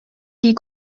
die